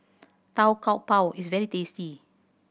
Tau Kwa Pau is very tasty